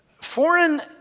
foreign